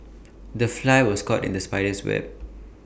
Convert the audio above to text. the fly was caught in the spider's web